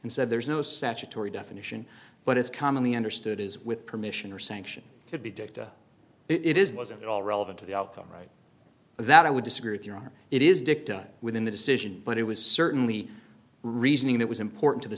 said there is no statutory definition but it's commonly understood as with permission or sanction could be dicta it is wasn't at all relevant to the outcome right that i would disagree with your honor it is dicta within the decision but it was certainly reasoning that was important to the